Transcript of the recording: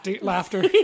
laughter